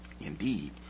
Indeed